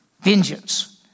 Vengeance